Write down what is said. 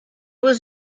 was